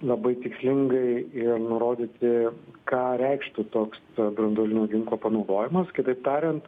labai tikslingai ir nurodyti ką reikštų toks branduolinio ginklo panaudojimas kitaip tariant